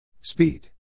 Speed